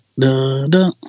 da-da